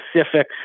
specific